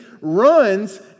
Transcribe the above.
runs